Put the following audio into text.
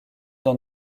dans